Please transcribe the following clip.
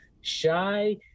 shy